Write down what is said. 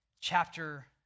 chapter